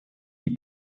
die